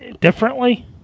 differently